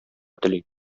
тели